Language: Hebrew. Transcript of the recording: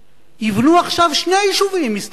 יבנו עכשיו שני יישובים, מסתבר.